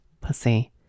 pussy